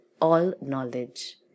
all-knowledge